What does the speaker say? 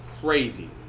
crazy